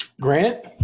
Grant